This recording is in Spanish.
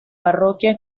parroquia